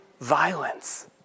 violence